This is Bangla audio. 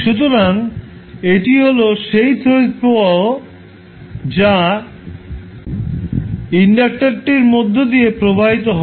সুতরাং এটি হল সেই তড়িৎ প্রবাহ যা ইন্ডাক্টারটির মধ্য দিয়ে প্রবাহিত হবে